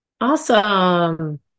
Awesome